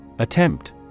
Attempt